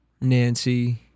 Nancy